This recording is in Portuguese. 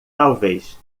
talvez